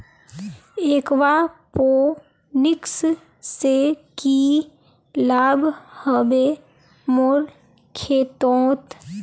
aquaponics से की लाभ ह बे मोर खेतोंत